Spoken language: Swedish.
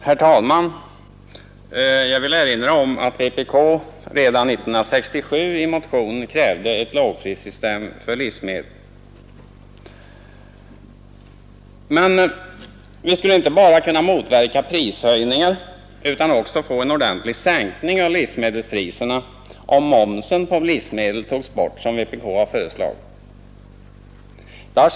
Herr talman! Jag vill erinra om att vänsterpartiet kommunisterna redan år 1967 i en motion krävde ett lågprissystem för livsmedel. Men vi skulle inte bara kunna motverka prishöjningar utan också få en ordentlig sänkning av livsmedelspriserna om momsen på livsmedel, som vänsterpartiet kommunisterna har föreslagit, togs bort.